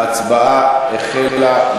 ההצבעה החלה.